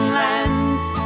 lands